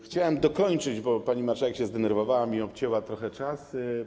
Chciałem dokończyć, bo pani marszałek się zdenerwowała i mi obcięła trochę czas.